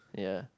ya